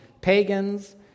pagans